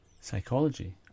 psychology